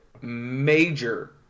major